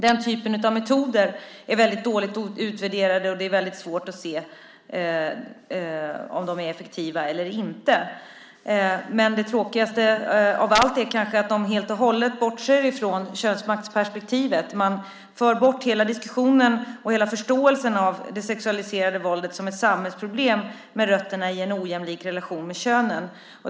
Den typen av metoder är dåligt utvärderade, och det är svårt att se om de är effektiva eller inte. Men det tråkigaste av allt är att de helt och hållet bortser från könsmaktsperspektivet. Man för bort hela förståelsen av det sexualiserade våldet som ett samhällsproblem med rötterna i en ojämlik relation med könen.